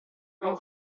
non